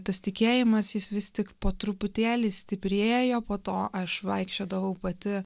tas tikėjimas jis vis tik po truputėlį stiprėjo po to aš vaikščiodavau pati